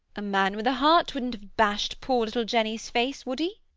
a man with a heart wouldn't have bashed poor little jenny's face, would he?